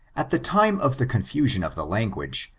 at the time of the confusion of the language,